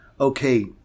okay